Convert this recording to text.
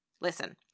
Listen